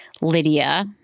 Lydia